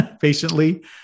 patiently